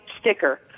sticker